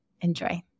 Enjoy